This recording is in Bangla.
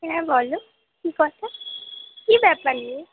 হ্যাঁ বলো কী কথা কী ব্যাপার নিয়ে